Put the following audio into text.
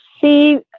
see